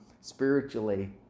spiritually